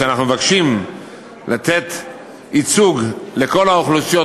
כשאנחנו מבקשים לתת ייצוג לכל האוכלוסיות,